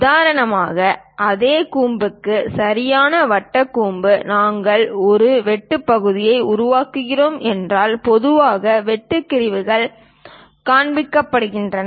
உதாரணமாக அதே கூம்புக்கு சரியான வட்ட கூம்பு நாங்கள் ஒரு வெட்டு பகுதியை உருவாக்குகிறோம் என்றால் பொதுவாக வெட்டு பிரிவுகள் காண்பிக்கப்படும்